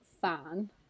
fan